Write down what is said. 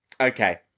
Okay